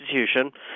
institution